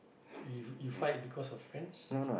you you fight because of friends